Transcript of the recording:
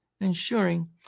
ensuring